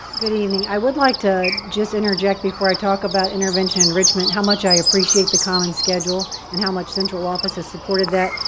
good evening. i would like to just interject, before i talk about intervention enrichment how much i appreciate the common schedule and how much central office has supported that.